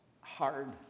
hard